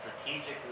strategically